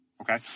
okay